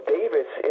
Davis